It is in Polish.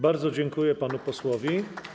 Bardzo dziękuję panu posłowi.